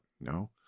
no